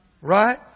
Right